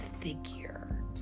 figure